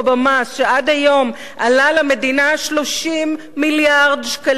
שעד היום עלה למדינה 30 מיליארד שקלים,